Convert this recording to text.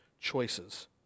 choices